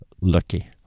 lucky